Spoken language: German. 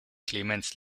clemens